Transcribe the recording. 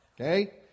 okay